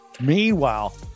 Meanwhile